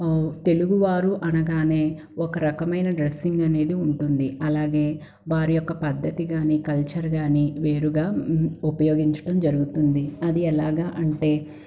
తెలుగువారు అనగానే ఒక రకమైన డ్రెస్సింగ్ అనేది ఉంటుంది అలాగే వారి యొక్క పద్దతి కాని కల్చర్ కాని వేరుగా ఉపయోగించటం జరుగుతుంది అది ఎలాగ అంటే